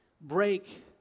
break